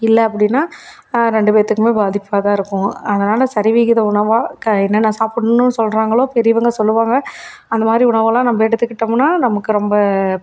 இல்லை அப்படின்னா ரெண்டு பேர்த்துக்குமே பாதிப்பாக தான் இருக்கும் அதனால் சரிவிகித உணவாக என்னென்ன சாப்பிட்ணுன்னு சொல்றாங்களோ பெரியவங்க சொல்லுவாங்க அந்தமாதிரி உணவெல்லாம் நம்ம எடுத்துக்கிட்டோம்னால் நமக்கு ரொம்ப